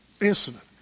incident